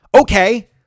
Okay